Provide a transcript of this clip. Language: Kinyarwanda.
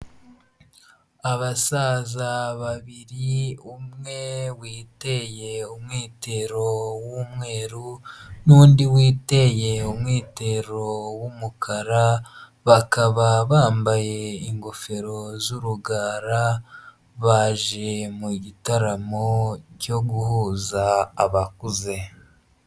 Abasaza babiri umwe witeye umwitero w'umweru n'undi witeye umwitero w'umukara, bakaba bambaye ingofero z'urugara baje mu gitaramo cyo guhuza abakuze.